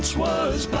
was